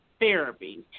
therapy